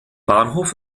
bahnhof